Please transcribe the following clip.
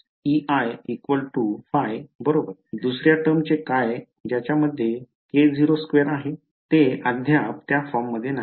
तर E − Ei ϕ बरोबर दुसऱ्या टर्मचे काय ज्याच्या मध्ये k02 आहे ते अद्याप त्या फॉर्ममध्ये नाही